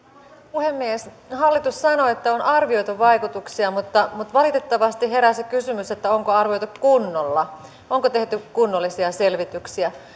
puhemies hallitus sanoo että on arvioitu vaikutuksia mutta mutta valitettavasti heräsi kysymys onko arvioitu kunnolla onko tehty kunnollisia selvityksiä